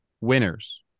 winners